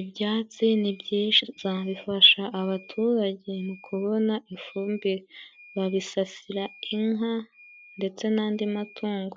Ibyatsi ni byinshi cyane, bifasha abaturage mu kubona ifumbire. Babisasira inka ndetse n'andi matungo.